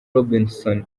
robinson